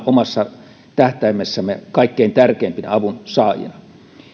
omassa tähtäimessämme kaikkein tärkeimpinä avunsaajina